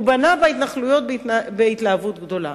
הוא בנה בהתנחלויות בהתלהבות גדולה.